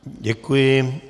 Děkuji.